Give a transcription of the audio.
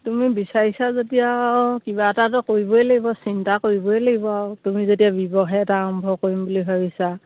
তুমি বিচাৰিছা যেতিয়া আৰু কিবা এটাটো কৰিবই লাগিব চিন্তা কৰিবই লাগিব আৰু তুমি যেতিয়া ব্যৱসায় এটা আৰম্ভ কৰিম বুলি ভাবিছা